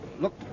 Look